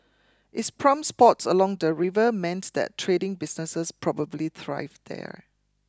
it's spots along the river meant that trading businesses probably thrived there